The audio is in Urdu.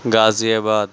غازی آباد